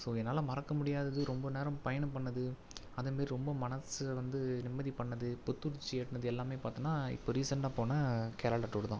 so என்னால் மறக்க முடியாதது ரொம்ப நேரம் பயணம் பண்ணது அதேமாரி ரொம்ப மனசு வந்து நிம்மதி பண்ணது புத்துணர்ச்சி எட்டுனது எல்லாமே பார்த்தோன்னா இப்போ ரீசென்ட்டாக போன கேரளா டூரு தான்